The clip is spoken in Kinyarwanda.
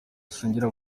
asengera